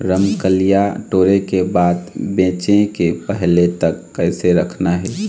रमकलिया टोरे के बाद बेंचे के पहले तक कइसे रखना हे?